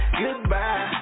goodbye